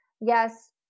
yes